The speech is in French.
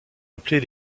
appelés